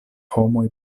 homoj